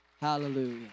Hallelujah